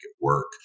work